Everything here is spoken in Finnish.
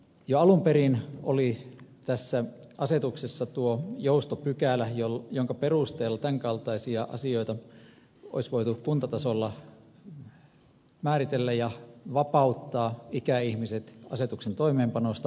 jo alun perin oli tässä asetuksessa tuo joustopykälä jonka perusteella tämän kaltaisia asioita olisi voitu kuntatasolla määritellä ja vapauttaa ikäihmiset asetuksen toimeenpanosta